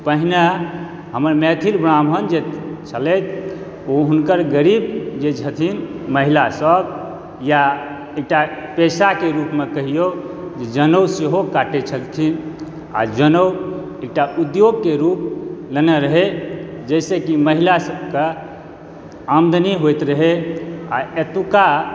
हमर मैथिल ब्राम्हण जे छलैथ ओ हुनकर गरीब जे छथि महिला सब या एकटा पेशाके रुपमे कहिऔ जे जनउ सेहो काटै छथिन आ जनउ एकटा उद्योगके रुपमे लेने रहय जाहिसॅं कि महिला सबके आमदनी होइत रहै आ एतुका